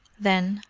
then,